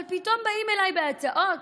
אבל פתאום באים אליי בהצעות: